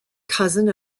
cousin